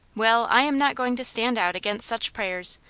well, i am not going to stand out against such prayers.